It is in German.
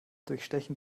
durchstechen